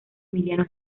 emiliano